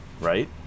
right